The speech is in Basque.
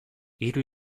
hiru